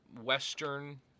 Western